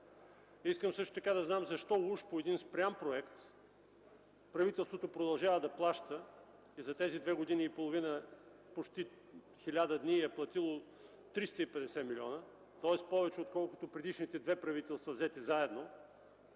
Искам също така да знам защо уж по един спрян проект правителството продължава да плаща и за тези две години и половина, почти 1000 дни, е платило 350 милиона, тоест повече, отколкото предишните две правителства, взети заедно?